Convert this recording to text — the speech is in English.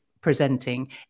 presenting